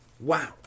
wow